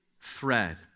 thread